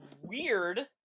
weird